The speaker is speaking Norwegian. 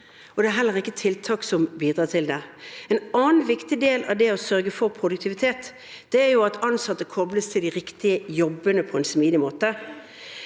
det er heller ikke tiltak som bidrar til det. En annen viktig del av det å sørge for produktivitet, er at ansatte koples til de riktige jobbene på en smidig måte.